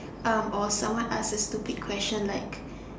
or someone why ask a stupid question like